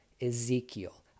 Ezekiel